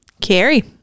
Carrie